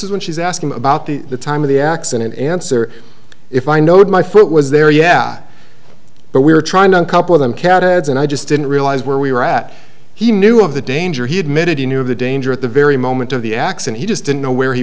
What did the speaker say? is when she's asking about the time of the accident answer if i noted my foot was there yeah but we're trying to a couple of them catalogs and i just didn't realize where we were at he knew of the danger he admitted he knew of the danger at the very moment of the axe and he just didn't know where he